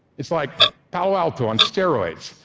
it's like palo alto on steroids.